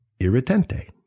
irritante